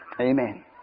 Amen